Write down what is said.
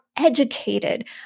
educated